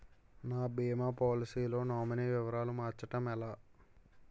నా భీమా పోలసీ లో నామినీ వివరాలు మార్చటం ఎలా?